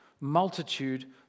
multitude